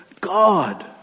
God